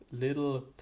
little